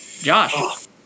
Josh